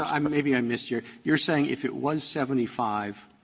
um maybe i missed your you're saying, if it was seventy five,